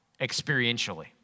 experientially